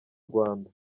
rwanda